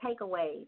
takeaways